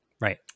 Right